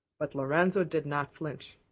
but lorenzo did not flinch.